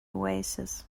oasis